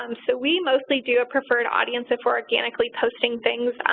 um so we mostly do a preferred audience if we are organically posting things.